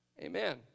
Amen